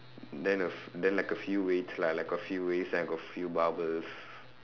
then a f~ then like a few weights lah like a few weights then I got few barbells